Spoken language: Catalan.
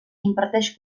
imparteix